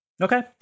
okay